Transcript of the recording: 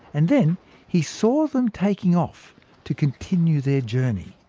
and then he saw them taking off to continue their journey.